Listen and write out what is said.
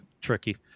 tricky